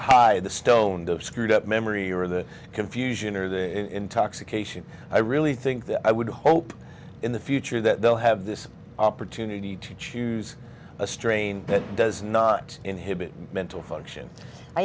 high the stone to screwed up memory or the confusion or the intoxication i really think that i would hope in the future that they'll have this opportunity to choose a strain that does not inhibit mental function i